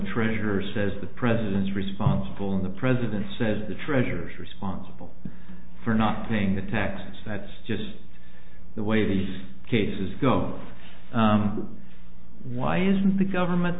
treasurer says the president's responsible and the president says the treasury's responsible for not paying the taxes that's just the way these cases go why is the government